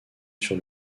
sur